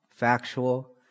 factual